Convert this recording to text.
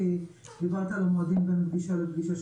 כי דיברת על המועדים בין פגישה לפגישה,